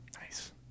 Nice